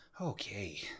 Okay